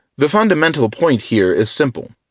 the fundamental point here is simple,